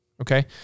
Okay